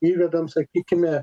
įvedam sakykime